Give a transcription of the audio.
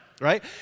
right